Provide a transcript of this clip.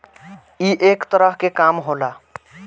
ई एक तरह के काम होला